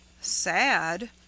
Sad